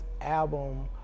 album